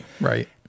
right